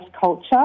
culture